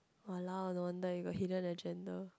!walao! no wonder you got hidden agenda